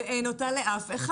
ואין אותה לאף אחד.